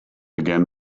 again